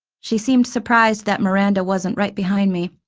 she seemed surprised that miranda wasn't right behind me.